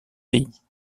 pays